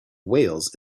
whales